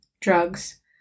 drugs